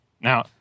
Now